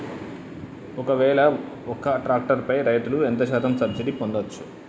ఒక్కవేల ఒక్క ట్రాక్టర్ పై రైతులు ఎంత శాతం సబ్సిడీ పొందచ్చు?